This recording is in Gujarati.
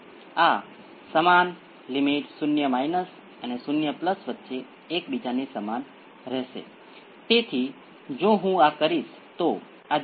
હવે જો તમે બીજી પ્રથમ ઓર્ડર પ્રણાલી વિશે વિચારો છો તો તે એક એક્સ્પોનેંસિયલ દ્વારા ચલાવવામાં આવી રહી છે હું દરેક માપન પરિબળોને છોડી દઈશ કારણ કે હું ફક્ત ઉકેલનો સ્વભાવ દર્શાવવા માંગુ છું